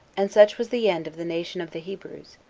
and such was the end of the nation of the hebrews,